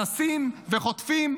אנסים וחוטפים,